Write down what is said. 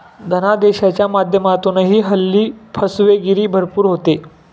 धनादेशाच्या माध्यमातूनही हल्ली फसवेगिरी भरपूर होते